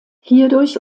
hierdurch